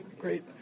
great